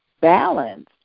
balance